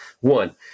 one